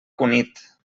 cunit